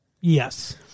Yes